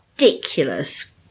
Ridiculous